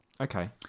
Okay